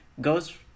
goes